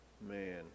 man